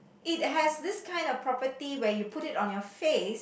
it has this kind of property where you put it on your face